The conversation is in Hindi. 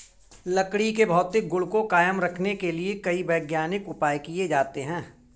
लकड़ी के भौतिक गुण को कायम रखने के लिए कई वैज्ञानिक उपाय किये जाते हैं